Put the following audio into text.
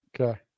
Okay